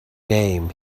name